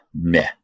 meh